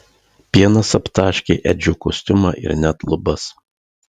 pienas aptaškė edžio kostiumą ir net lubas